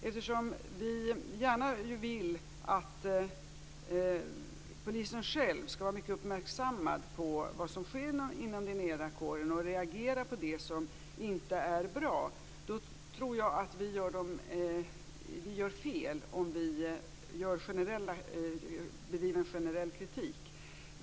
Eftersom vi gärna vill att polisen själv skall vara mycket uppmärksam på vad som sker inom den egna kåren och reagerar på det som inte är bra, tror jag att vi gör fel om bedriver generell kritik.